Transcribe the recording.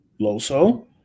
Loso